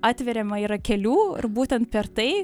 atveriama yra kelių ir būtent per tai